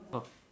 oh